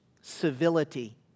civility